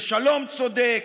לשלום צודק,